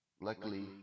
luckily